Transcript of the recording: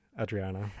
adriana